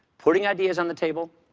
putting ideas on the table,